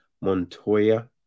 Montoya